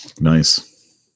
nice